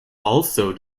also